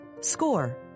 Score